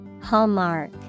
Hallmark